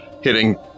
hitting